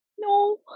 No